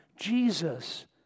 Jesus